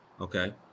Okay